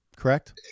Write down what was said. correct